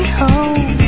home